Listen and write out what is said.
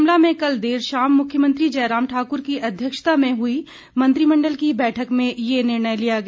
शिमला में कल देर शाम मुख्यमंत्री जयराम ठाकुर की अध्यक्षता में हुई मंत्रिमंडल की बैठक में ये निर्णय लिया गया